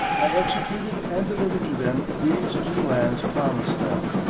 i executed and delivered to them deeds to the lands promised them.